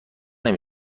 نمی